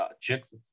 checks